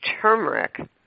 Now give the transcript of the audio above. turmeric